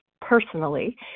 personally